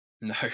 No